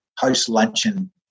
post-luncheon